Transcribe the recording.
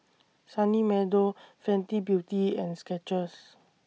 Sunny Meadow Fenty Beauty and Skechers